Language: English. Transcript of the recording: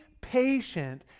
patient